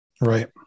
Right